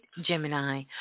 Gemini